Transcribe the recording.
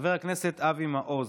חבר הכנסת אבי מעוז,